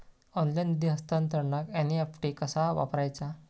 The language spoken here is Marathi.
ऑनलाइन निधी हस्तांतरणाक एन.ई.एफ.टी कसा वापरायचा?